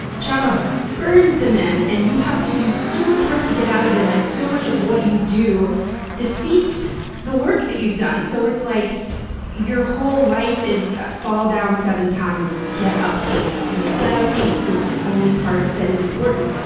trauma burns them in, and you have to do so much work to get out of them, and so much of what you do defeats the work that you've done. so it's like your whole life is fall down seven times, get up eight, and the get up eight part is the only part that is important.